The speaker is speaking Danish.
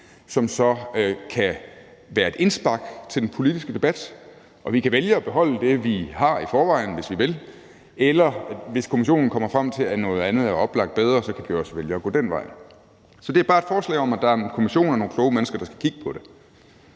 som så kan være et indspark til den politiske debat? Vi kan vælge at beholde det, vi har i forvejen, hvis vi vil, eller vi kan også, hvis kommissionen kommer frem til, at noget andet er oplagt bedre, vælge at gå den vej. Så det er bare et forslag om, at der er en kommission og nogle kloge mennesker, der skal kigge på det.